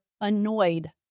annoyed